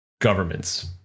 governments